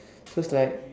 so it's like